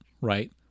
right